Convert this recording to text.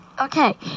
Okay